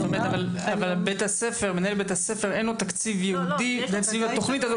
אבל מנהל בית-הספר אין לו תקציב ייעודי ליישום התוכנית הזו,